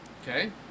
Okay